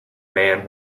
man